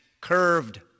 curved